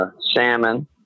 salmon